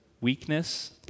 weakness